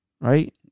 Right